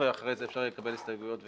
ואחר כך אפשר יהיה לקבל הסתייגויות ולהצביע.